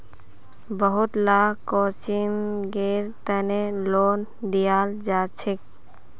बहुत ला कोचिंगेर तने लोन दियाल जाछेक